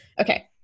Okay